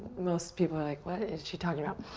most people are like, what is she talking about?